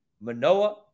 Manoa